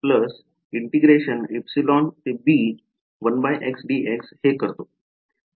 तर मी काय केले